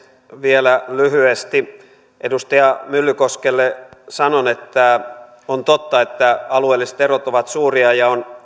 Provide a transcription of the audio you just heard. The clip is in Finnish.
vielä lyhyesti edustaja myllykoskelle sanon että on totta että alueelliset erot ovat suuria ja on